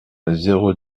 zéro